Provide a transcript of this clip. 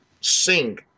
sing